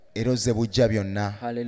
Hallelujah